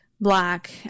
Black